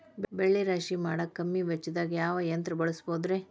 ಬೆಳೆ ರಾಶಿ ಮಾಡಾಕ ಕಮ್ಮಿ ವೆಚ್ಚದಾಗ ಯಾವ ಯಂತ್ರ ಬಳಸಬಹುದುರೇ?